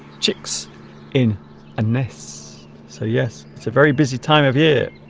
chicks in a mess so yes it's a very busy time of year